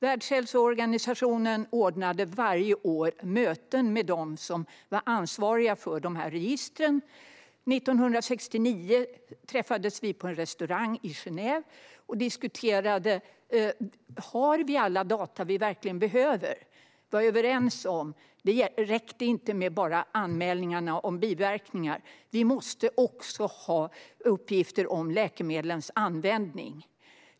Världshälsoorganisationen ordnade varje år möten med dem som var ansvariga för de här registren. År 1969 träffades vi på en restaurang i Genève och diskuterade om vi hade alla data vi behövde. Vi var överens om att det inte räckte med bara anmälningarna om biverkningar; vi måste också ha uppgifter om läkemedlens användning.